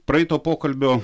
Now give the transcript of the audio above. praeito pokalbio